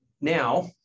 Now